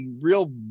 real